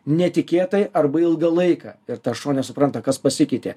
netikėtai arba ilgą laiką ir tas šuo nesupranta kas pasikeitė